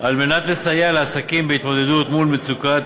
על מנת לסייע לעסקים בהתמודדות מול מצוקת